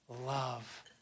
love